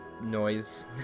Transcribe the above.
noise